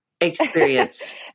experience